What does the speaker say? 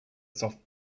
soft